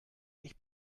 ich